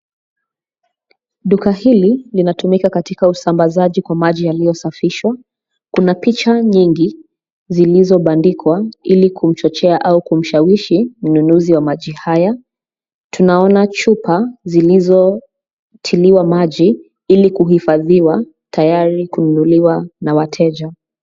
Duka hili, linatumika katika usambazaji kwa maji yaliyosafishwa, kuna picha nyingi, zilizobandikwa, ilikumchochea au kumshawishi mnunuzi wa maji haya. Tunaona chupa, zilizotiliwa maji, ili kuhifadhiwa, tayari kununuliwa na wateja.